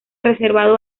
reservado